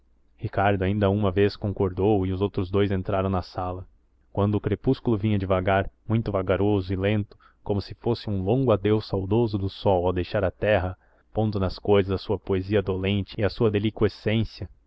ricardo ainda uma vez concordou e os dous entraram na sala quando o crepúsculo vinha devagar muito vagaroso e lento como se fosse um longo adeus saudoso do sol ao deixar a terra pondo nas cousas a sua poesia dolente e a sua